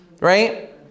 Right